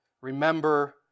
remember